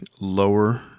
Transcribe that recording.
lower